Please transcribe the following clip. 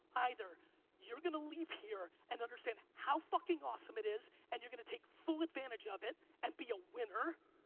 either you're going to leave here and understand how fucking awesome it is, and you're gonna take full advantage of it and be a winner.